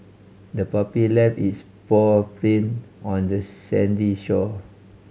the puppy left its paw print on the sandy shore